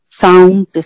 sound